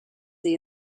they